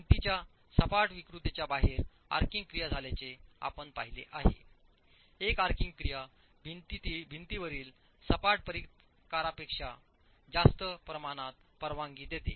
भिंतीच्या सपाट विकृतीच्या बाहेर आर्किंग क्रिया झाल्याचे आपण पाहिले आहे एक आर्किंग क्रिया भिंतीवरील सपाट प्रतिकारापेक्षा जास्त प्रमाणात परवानगी देते